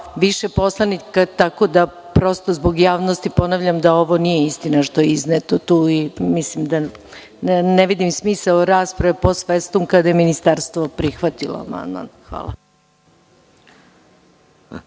više poslanika, tako da, prosto zbog javnosti ponavljam da ovo nije istina što je izneto i ne vidim smisao rasprave post festum kada je Ministarstvo prihvatilo amandman.